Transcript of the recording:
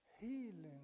healing